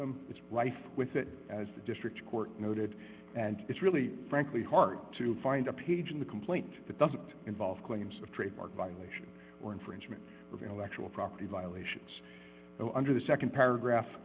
them it's rife with it as the district court noted and it's really frankly hard to find a page in the complaint that doesn't involve claims of trademark violation or infringement of intellectual property violations under the nd paragraph